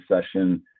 session